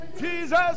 Jesus